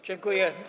Dziękuję.